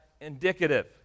indicative